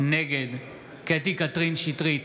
נגד קטי קטרין שטרית,